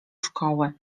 szkoły